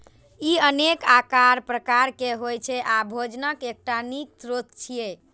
ई अनेक आकार प्रकार के होइ छै आ भोजनक एकटा नीक स्रोत छियै